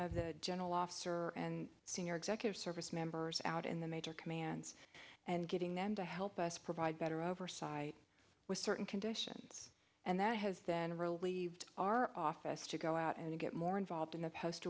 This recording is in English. of the general officer and senior executive service members out in the major commands and getting them to help us provide better oversight with certain conditions and that has then relieved our office to go out and get more involved in the post